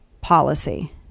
policy